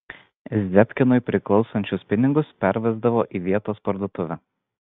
zebkinui priklausančius pinigus pervesdavo į vietos parduotuvę